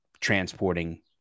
transporting